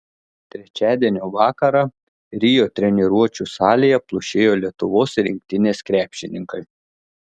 trečiadienio vakarą rio treniruočių salėje plušėjo lietuvos rinktinės krepšininkai